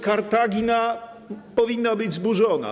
Kartagina powinna być zburzona.